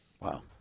Wow